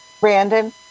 Brandon